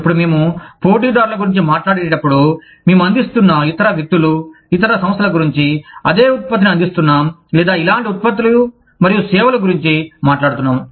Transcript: ఇప్పుడు మేము పోటీదారుల గురించి మాట్లాడేటప్పుడు మేము అందిస్తున్న ఇతర వ్యక్తులు ఇతర సంస్థల గురించి అదే ఉత్పత్తిని అందిస్తున్న లేదా ఇలాంటి ఉత్పత్తులు మరియు సేవల గురించి మాట్లాడుతున్నాము